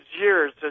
years